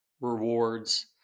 rewards